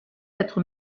être